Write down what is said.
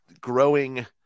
growing